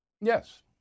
Yes